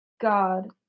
God